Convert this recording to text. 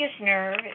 nerve